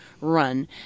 Run